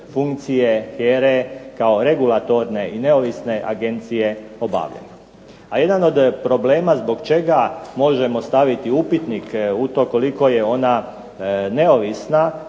funkcije HERA-e kao regulatorne i neovisne agencije obavljaju. A jedan od problema zbog čega možemo staviti upitnik u to koliko je ona neovisna,